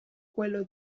quello